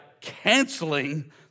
canceling